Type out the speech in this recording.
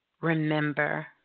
remember